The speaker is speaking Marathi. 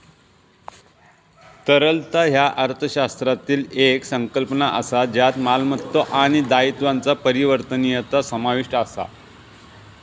तरलता ह्या अर्थशास्त्रातली येक संकल्पना असा ज्यात मालमत्तो आणि दायित्वांचा परिवर्तनीयता समाविष्ट असा